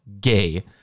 gay